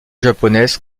japonaise